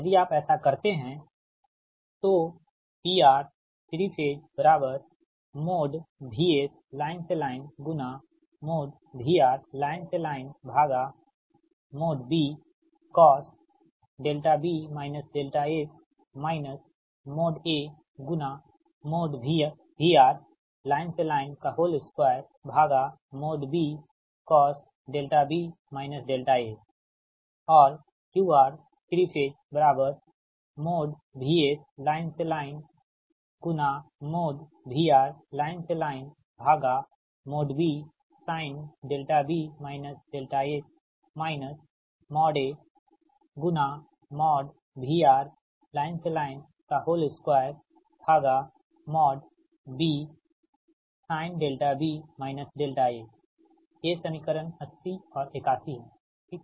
यदि आप ऐसा करते हैं PR3 VSL LVRL LBcosB S AVRL L2BcosB A QR3 VSL LVRL LBsinB S AVRL L2Bsin ये समीकरण 80 और 81 है ठीक